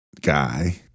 guy